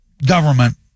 government